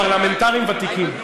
כבר פרלמנטרים ותיקים,